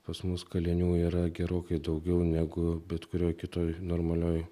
pas mus kalinių yra gerokai daugiau negu bet kurioj kitoj normalioj